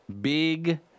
Big